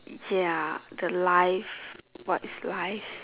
ya the life what is life